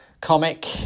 comic